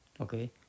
Okay